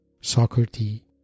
Socrates